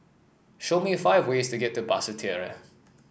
show me five ways to get to Basseterre